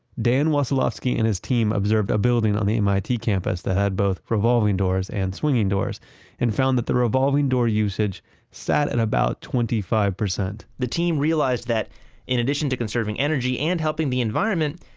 dan wesolowski and his team observed a building on the mit campus that had both revolving doors and swinging doors and found that the revolving door usage sat at about twenty five point the team realized that in addition to conserving energy and helping the environment,